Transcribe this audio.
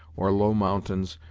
or low mountains,